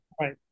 right